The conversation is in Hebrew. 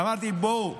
אמרתי: בואו,